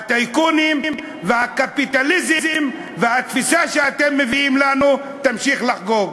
הטייקונים והקפיטליזם והתפיסה שאתם מביאים לנו ימשיכו לחגוג.